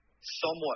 somewhat